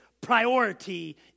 priority